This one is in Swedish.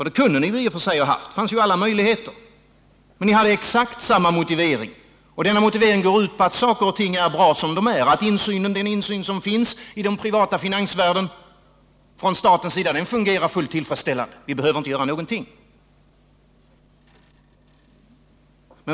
Det kunde ni ha haft. Det fanns alla möjligheter, men ni hade exakt samma motivering. Och denna går ut på att saker och ting är bra som de är. Den insyn som finns från statens sida fungerar fullt tillfredsställande. Vi behöver inte göra någonting.